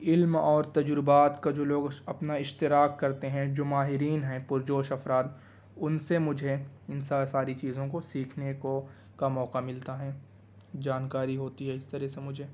علم اور تجربات کا جو لوگ اپنا اشتراک کرتے ہیں جو ماہرین ہیں پرجوش افراد ان سے مجھے ان ساری چیزوں کو سیکھنے کو کا موقع ملتا ہیں جانکاری ہوتی ہے اس طرح سے مجھے